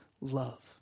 love